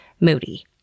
moody